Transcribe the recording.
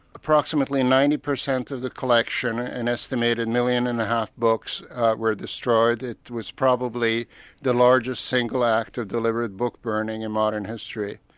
approximately ninety percent of the collection, an estimated million-and-a-half books were destroyed. it was probably the largest single act of deliberate book-burning in modern history.